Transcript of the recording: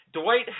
Dwight